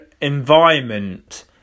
environment